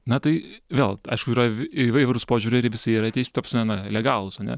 na tai vėl aišku yra v įvairūs požiūriai ir visi jie yra teis ta prasme na legalūs ane